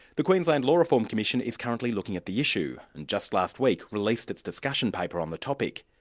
the queensland law reform commission is kind of looking at the issue, and just last week released its discussion paper on the topic.